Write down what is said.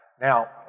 Now